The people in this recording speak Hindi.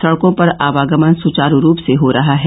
सड़कों पर आवागमन सुचारू रूप से हो रहा है